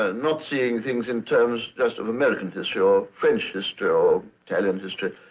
ah not seeing things in terms just of american history, or french history, or italian history,